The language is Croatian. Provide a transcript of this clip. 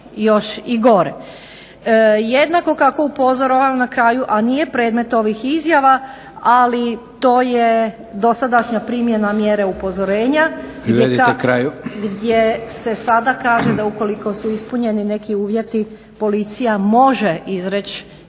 još i gore. Jednako kako upozoravam na kraju a nije predmet ovih izjava, ali to je dosadašnja primjena mjere upozorenja … /Upadica: Privedite kraju./ … gdje se sada kaže da ukoliko su ispunjeni neki uvjeti policija može izreći